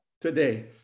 today